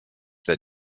that